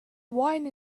wine